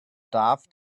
darf